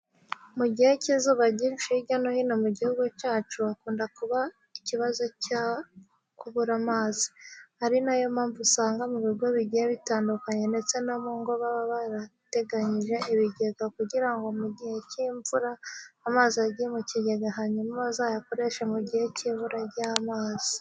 Mu gihe cy'izuba ryinshi hirya no hino mu gihugu cyacu hakunda kuba ikibazo cyo kubura amazi, ari na yo mpamvu usanga mu bigo bigiye bitandukanye ndetse no mu ngo baba barateganyije ibigega kugira ngo mu gihe cy'imvura amazi ajye mu kigega hanyuma bazayakoreshe mu gihe cyibura ry'amazi.